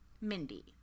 Mindy